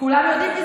כולם יודעים?